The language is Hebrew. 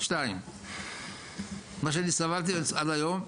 שתיים, מה שאני סבלתי עד היום,